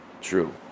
true